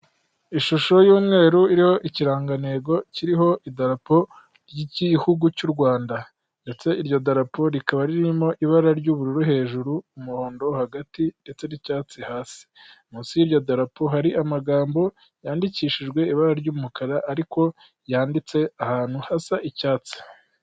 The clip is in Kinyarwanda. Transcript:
Ishusho y'umweru iriho ikirangantego kiriho idarapo ry'igihugu cy'u Rwanda. Ndetse iryo darapo rikaba ririmo ibara ry'ubururu hejuru, umuhondo hagati ndetse n'icyatsi hasi munsi y'iryo dalapo hari amagambo yandikishijwe ibara ry'umukara ariko yanditse ahantu hasa icyatsi.